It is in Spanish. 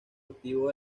activo